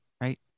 right